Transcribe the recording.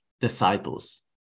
disciples